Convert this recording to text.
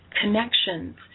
connections